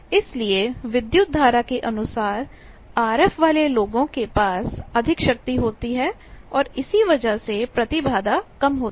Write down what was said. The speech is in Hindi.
इसलिए विद्युत धारा के अनुसार आरएफ वाले लोगों के पास अधिक शक्ति होती है और इसी वजह से प्रतिबाधा कम होती है